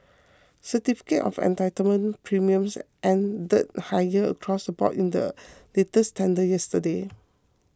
certificate of entitlement premiums ended higher across the board in the latest tender yesterday